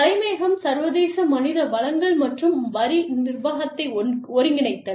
தலைமையகம் சர்வதேச மனித வளங்கள் மற்றும் வரி நிர்வாகத்தை ஒருங்கிணைத்தல்